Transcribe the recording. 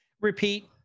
Repeat